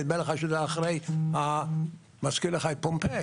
נדמה לך שזה מזכיר לך את פומפיי,